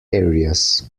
areas